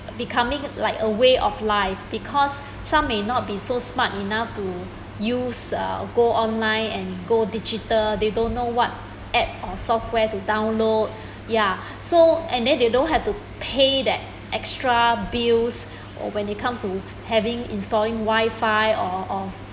becoming like a way of life because some may not be so smart to use uh go online and go digital they don't know what app or software to download ya so and then they don't have to pay that extra bills or when there comes to installing Wi-Fi or or